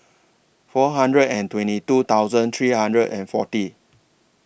four hundred and twenty two thousand three hundred and forty